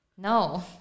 No